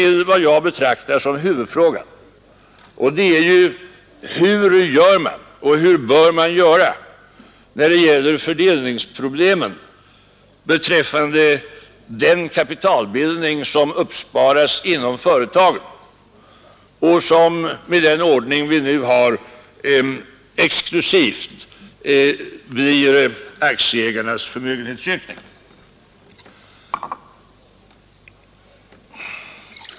Vad jag betraktar som huvudfrågan är denna: Hur bör man göra när det gäller fördelningen av den kapitalbildning som uppsparas inom företagen och som med den ordning vi nu har exklusivt blir aktieägarnas förmögenhetsökning?